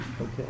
Okay